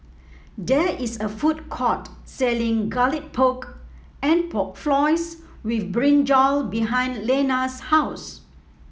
there is a food court selling Garlic Pork and Pork Floss with brinjal behind Lenna's house